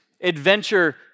adventure